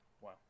Wow